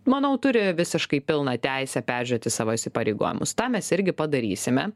manau turi visiškai pilną teisę peržiūrėti savo įsipareigojimus tą mes irgi padarysime